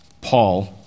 Paul